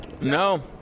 No